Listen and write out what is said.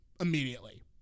Immediately